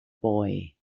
boy